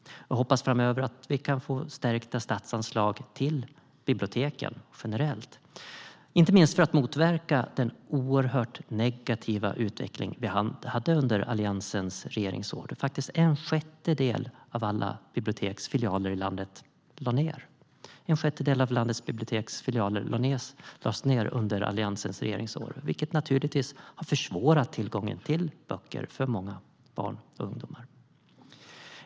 Jag hoppas att vi framöver kan få stärkta statsanslag till biblioteken generellt, inte minst för att motverka den negativa utveckling vi hade under Alliansens regeringsår då en sjättedel av alla biblioteksfilialer i landet lades ned. Det har givetvis försvårat tillgången till böcker för många barn och ungdomar.